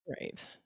Right